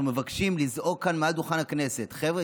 אנחנו מבקשים לזעוק כאן מעל דוכן הכנסת: חבר'ה,